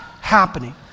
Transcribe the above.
happening